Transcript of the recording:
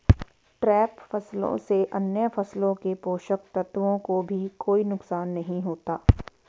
trap फसलों से अन्य फसलों के पोषक तत्वों को भी कोई नुकसान नहीं होता